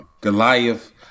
Goliath